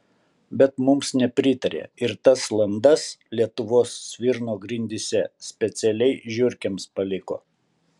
bet mums nepritarė ir tas landas lietuvos svirno grindyse specialiai žiurkėms paliko